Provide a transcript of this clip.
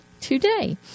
today